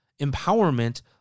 empowerment